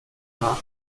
charles